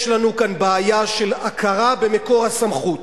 יש לנו כאן בעיה של הכרה במקור הסמכות.